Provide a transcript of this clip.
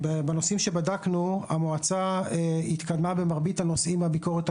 בנושאים שבדקנו המועצה התקדמה במרביתם כפי שעלו בביקורתה